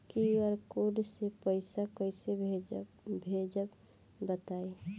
QR code से पईसा कईसे भेजब बताई?